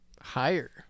Higher